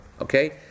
Okay